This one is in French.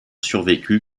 survécu